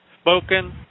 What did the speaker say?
spoken